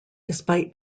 despite